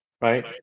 right